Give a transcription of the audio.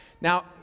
Now